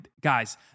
Guys